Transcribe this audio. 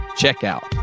checkout